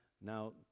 Now